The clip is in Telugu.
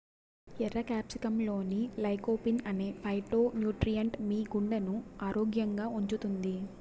ఎర్ర క్యాప్సికమ్లోని లైకోపీన్ అనే ఫైటోన్యూట్రియెంట్ మీ గుండెను ఆరోగ్యంగా ఉంచుతుంది